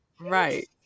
right